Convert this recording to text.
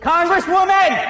Congresswoman